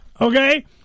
okay